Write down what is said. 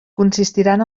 consistiran